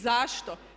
Zašto?